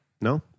No